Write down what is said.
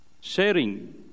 Sharing